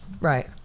right